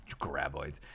graboids